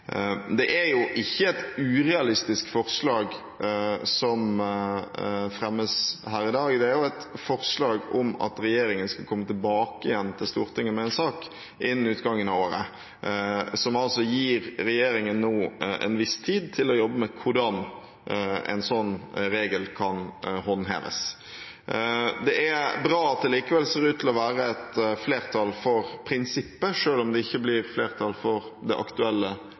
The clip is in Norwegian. Det er ikke et urealistisk forslag som fremmes her i dag, det er et forslag om at regjeringen skal komme tilbake igjen til Stortinget med en sak innen utgangen av året, som altså gir regjeringen en viss tid til å jobbe med hvordan en sånn regel kan håndheves. Det er bra at det likevel ser ut til å være et flertall for prinsippet, selv om det ikke blir flertall for det aktuelle